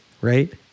right